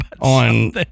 on